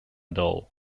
doll